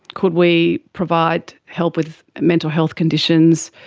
could we provide help with mental health conditions,